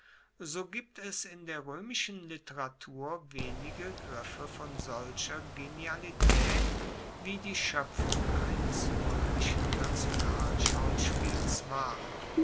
so gibt es in der roemischen literatur wenige griffe von solcher genialitaet wie die schoepfung eines roemischen nationalschauspiels war